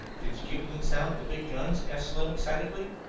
did you get within sound of the big guns? asked slim excitedly.